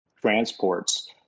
transports